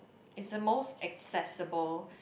is the most accessible